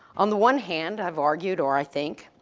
on the one hand, i've argued or i think,